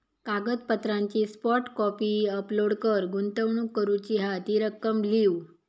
कागदपत्रांची soft copy upload कर, गुंतवणूक करूची हा ती रक्कम लिव्ह